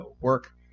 work